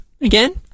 again